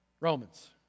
Romans